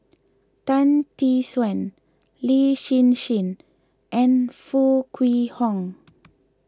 Tan Tee Suan Lin Hsin Hsin and Foo Kwee Horng